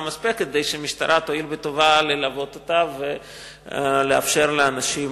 מספקת כדי שהמשטרה תואיל בטובה ללוות אותה ולאפשר לאנשים